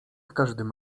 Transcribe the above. każdym